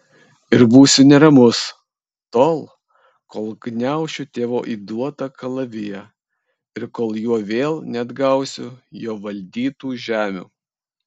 ir būsiu neramus tol kol gniaušiu tėvo įduotą kalaviją ir kol juo vėl neatgausiu jo valdytų žemių